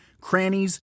crannies